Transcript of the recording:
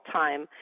time